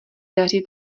daří